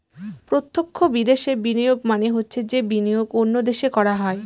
প্রত্যক্ষ বিদেশে বিনিয়োগ মানে হচ্ছে যে বিনিয়োগ অন্য দেশে করা হয়